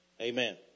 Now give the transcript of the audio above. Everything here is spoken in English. Amen